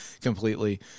completely